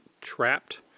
trapped